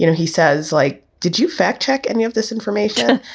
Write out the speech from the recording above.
you know he says, like, did you fact check any of this information?